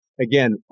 Again